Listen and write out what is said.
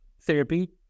therapy